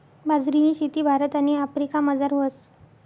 बाजरीनी शेती भारत आणि आफ्रिकामझार व्हस